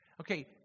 Okay